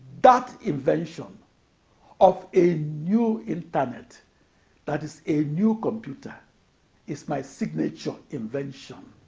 that invention of a new internet that is a new computer is my signature invention.